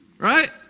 right